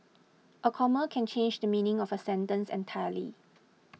a comma can change the meaning of a sentence entirely